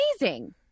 amazing